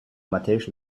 mateix